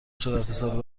صورتحساب